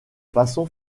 façon